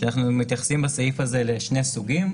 אנחנו מתייחסים בסעיף הזה לשני סוגים: